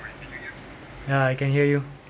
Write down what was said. ya I can hear you